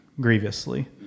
grievously